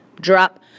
drop